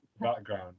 background